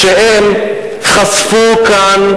והם חשפו כאן